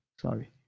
Sorry